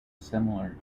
similar